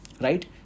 Right